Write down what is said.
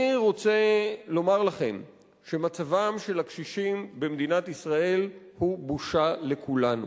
אני רוצה לומר לכם שמצבם של הקשישים במדינת ישראל הוא בושה לכולנו,